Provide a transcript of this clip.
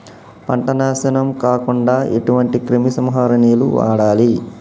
పంట నాశనం కాకుండా ఎటువంటి క్రిమి సంహారిణిలు వాడాలి?